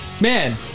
Man